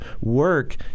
work